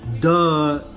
Duh